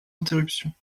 interruption